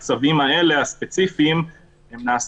מות במשפחה שרוצים מאוד לעשות שינוי בחיים שלהם והיכולת שלהם לעשות